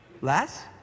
Less